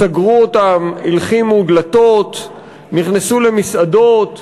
סגרו אותם, הלחימו דלתות, נכנסו למסעדות,